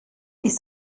ist